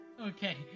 Okay